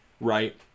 right